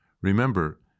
Remember